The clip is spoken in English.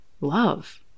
love